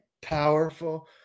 powerful